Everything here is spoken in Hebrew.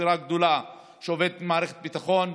מתפרה גדולה שעובדת עם מערכת הביטחון.